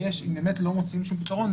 אם באמת לא מוצאים שום פתרון,